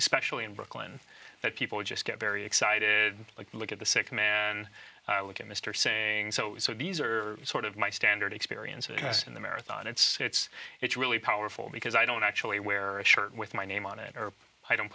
especially in brooklyn that people just get very excited like look at the sick man look at mr saying so these are sort of my standard experience with us in the marathon it's it's it's really powerful because i don't actually wear a shirt with my name on it or i don't